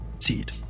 Seed